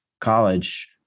college